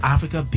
Africa